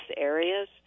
areas